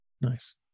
Nice